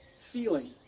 feeling